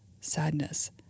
sadness